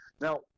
now